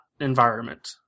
environment